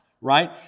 right